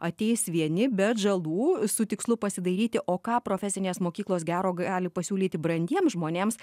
ateis vieni be atžalų su tikslu pasidairyti o ką profesinės mokyklos gero gali pasiūlyti brandiems žmonėms